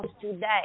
today